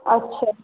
अच्छा